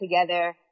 together